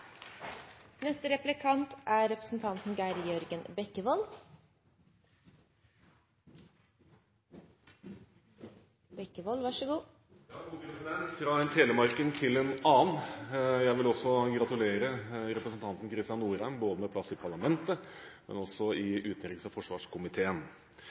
Fra en telemarking til en annen: Jeg vil også gratulere representanten Kristian Norheim med plass både i parlamentet